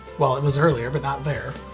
well it was earlier but not there.